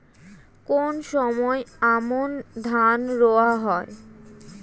কোন সময় আমন ধান রোয়া হয়?